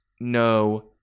no